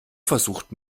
versucht